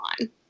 on